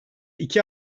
iki